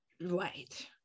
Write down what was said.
Right